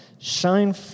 Shine